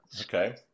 Okay